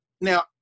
now